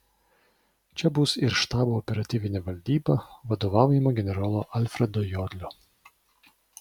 čia bus ir štabo operatyvinė valdyba vadovaujama generolo alfredo jodlio